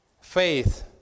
faith